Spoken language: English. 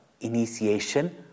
initiation